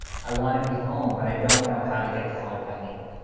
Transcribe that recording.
i want to be home but i don't know how to get the help i need.